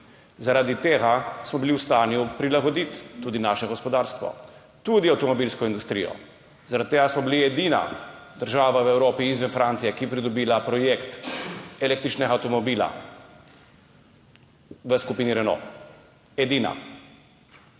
Zaradi tega smo bili v stanju, da smo prilagodili tudi naše gospodarstvo, tudi avtomobilsko industrijo. Zaradi tega smo bili edina država v Evropi izven Francije, ki je pridobila projekt električnega avtomobila v skupini Renault. Ta